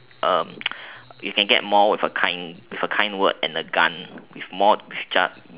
err you can get more with a kind with a kind word and a gun with more jus~